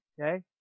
Okay